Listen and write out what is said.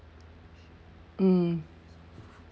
mm